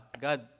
God